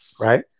right